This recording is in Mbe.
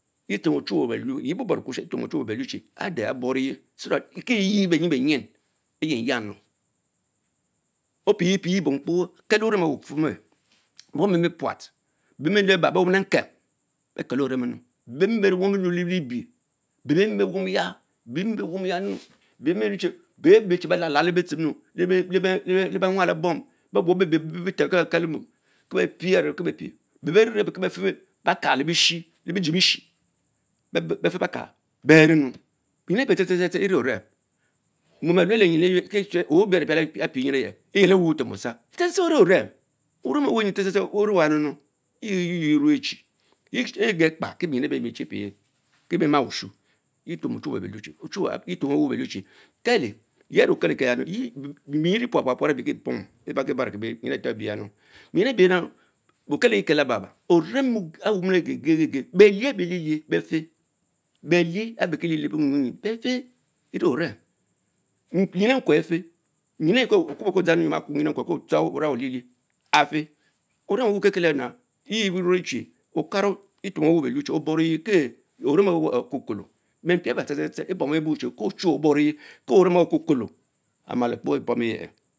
Yeh etuomach ochmueh belnu, yen kobor kubutie you etumo echuwe belun chie, adch aborige Kie yeh benjen tacnyin, berenyani Opich pich bomkpo ekel even exper bufun ume, bom ebebemeh prat bebeme laba be combele neem ben keleo wom ovem ennun bebbemeh bee won le letove, beh bee meh beh beh beh enne be lallah le med mual ebom, beh buobok be bentem kie beh pish ye ke beh piah, be benie nie ki be fila bakal lebishi, lebijil- beshi, befebakanı. beriemu being ebich the the the beril ovem mom alne le kejujur woe be are aprall eyelewen Leh wutem osarh, lepo evie oveny ovem ewen the the the ine oven, wenyin the the the onemann yier egekps baie being rebich bee elie pich, kie bie ma ishn Mien tuomu ochmore bellum chie kele, bemyuin bene puat pust prat kepom larki barne being ebiah nunn, being ebieh laba Okeleye kel orem over onsch geli gen ges beich abre thie lilich befen, berich abe kie lilie lewunyu befteen ame orem, njimekwe efch, okubo oko dgang oma kurr rigimekuwe epsen, ko deana, warang Onlich afen; oven weleh kekete nah yie nie ein Olawa yue tuom ewinn belun cerme oboreye kie evem Owa okukulo amalokpo enh pomee yieyieh.